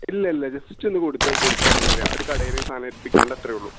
ഇല്ല ഇല്ല ജസ്റ്റ് ഒന്ന് കൊടുത്താൽ കൊടുക്കുക പോരുക ഒരു കടയിൽ സാധനം എൽപ്പിക്കാനുണ്ട് അത്രയേ ഉള്ളൂ